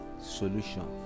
solution